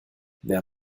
wer